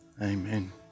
Amen